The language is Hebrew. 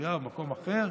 בקריה או במקום אחר,